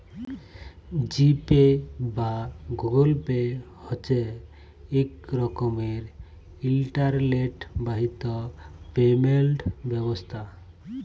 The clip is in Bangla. জি পে বা গুগুল পে হছে ইক রকমের ইলটারলেট বাহিত পেমেল্ট ব্যবস্থা